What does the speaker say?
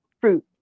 fruit